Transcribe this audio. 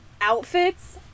outfits